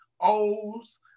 O's